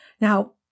Now